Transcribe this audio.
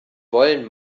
wollen